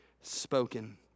spoken